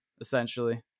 essentially